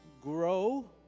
Grow